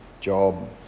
Job